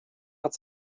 hat